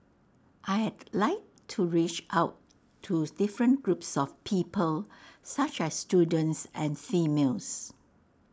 I'd like to reach out to different groups of people such as students and females